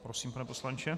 Prosím, pane poslanče.